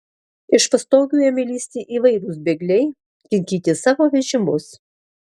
iš pastogių ėmė lįsti įvairūs bėgliai kinkyti savo vežimus